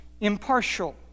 impartial